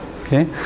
Okay